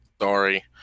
sorry